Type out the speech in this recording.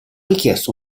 richiesto